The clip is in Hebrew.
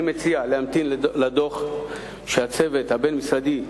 אני מציע להמתין לדוח שהצוות הבין-משרדי,